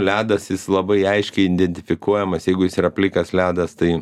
ledas jis labai aiškiai identifikuojamas jeigu jis yra plikas ledas tai